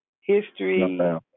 History